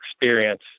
experience